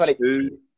two